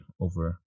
over